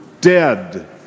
dead